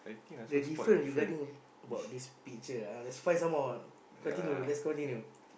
the different regarding about this picture ah let's find some more continue let's continue